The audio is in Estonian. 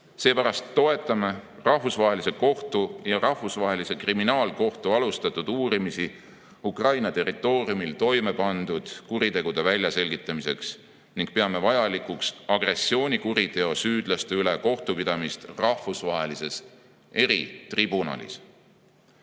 Seepärast toetame Rahvusvahelise Kohtu ja Rahvusvahelise Kriminaalkohtu alustatud uurimisi Ukraina territooriumil toime pandud kuritegude väljaselgitamiseks ning peame vajalikuks agressioonikuriteo süüdlaste üle kohtupidamist rahvusvahelises eritribunalis.